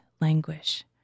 languish